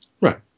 Right